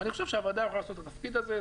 אני חושב שהוועדה יכולה לעשות את התפקיד הזה,